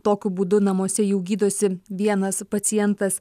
tokiu būdu namuose jau gydosi vienas pacientas